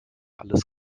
alles